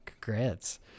Congrats